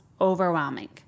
overwhelming